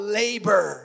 labor